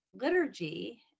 liturgy